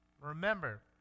Remember